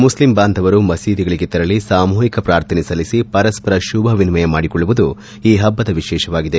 Muslim ಬಾಂಧವರು ಮಸೀದಿಗಳಿಗೆ ತೆರಳಿ ಸಾಮೂಹಿಕ ಪ್ರಾರ್ಥನೆ ಸಲ್ಲಿಸಿ ಪರಸ್ಪರ ಶುಭ ವಿನಿಮಯ ಮಾಡಿಕೊಳ್ಳುವುದು ಈ ಹಬ್ಬದ ವಿಶೇಷವಾಗಿದೆ